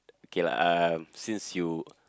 K lah uh since you